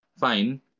Fine